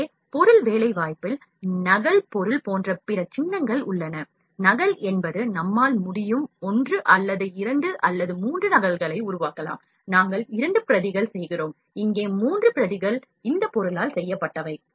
இங்கே பொருள் வேலைவாய்ப்பில் நகல் பொருள் போன்ற பிற சின்னங்கள் உள்ளன நகல் என்பது நம்மால் முடியும் 1 அல்லது 2 அல்லது 3 நகல்களை உருவாக்கலாம் நாங்கள் 2 பிரதிகள் செய்கிறோம் இங்கே 3 பிரதிகள் இந்த பொருளால் செய்யப்பட்டவை